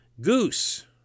Goose